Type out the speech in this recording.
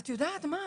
את יודעת מה,